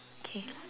K